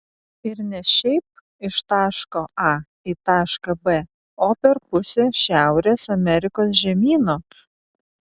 ir ne šiaip iš taško a į tašką b o per pusę šiaurės amerikos žemyno